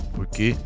Porque